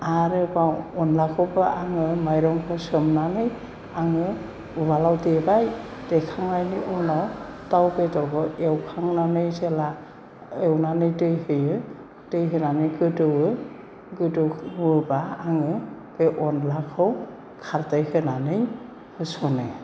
आरोबाव अनलाखौबो आङो माइरंखौ सोमनानै आङो उवालाव देबाय देखांनायनि उनाव दाउ बेदरबो एवखांनानै जेब्ला एवनानै दै होयो दै होनानै गोदौवो गोदौवोबा आङो बे अनलाखौ खारदै होनानै होसनो